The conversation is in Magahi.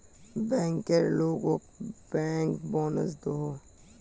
बैंकर लोगोक बैंकबोनस दोहों